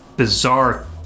bizarre